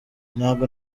ntago